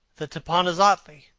the teponaztli,